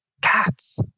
Cats